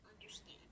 understand